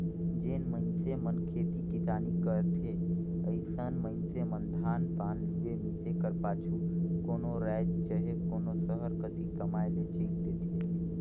जेन मइनसे मन खेती किसानी करथे अइसन मइनसे मन धान पान लुए, मिसे कर पाछू कोनो राएज चहे कोनो सहर कती कमाए ले चइल देथे